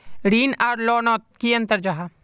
ऋण आर लोन नोत की अंतर जाहा?